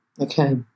okay